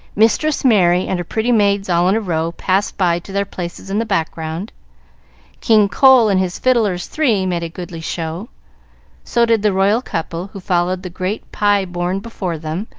mistress mary, and her pretty maids all in a row, passed by to their places in the background king cole and his fiddlers three made a goodly show so did the royal couple, who followed the great pie borne before them,